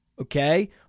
Okay